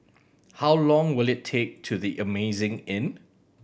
how long will it take to The Amazing Inn